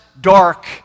dark